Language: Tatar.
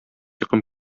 йокым